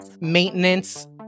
maintenance